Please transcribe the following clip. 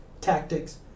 tactics